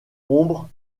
ombre